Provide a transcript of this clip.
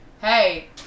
Hey